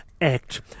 Act